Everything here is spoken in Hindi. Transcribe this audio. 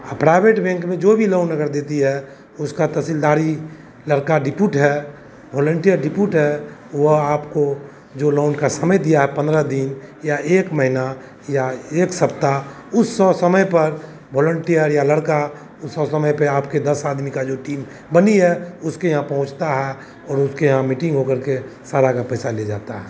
अ प्राइवेट बैंक में जो भी लोन अगर देती है उसका तहसीलदारी लड़का निपुट है वॉलेन्टियर निपुट है वह आपको जो लोन का समय दिया है पन्द्रह दिन या एक महीना या एक सप्ताह उससे समय पर वॉलन्टियर या लड़का उस सौ समय पर आपके दस आदमी का जो टीम बनी है उसके यहाँ पहुँचता है और उसके यहाँ मीटिंग होकर के सारा का पैसा ले जाता है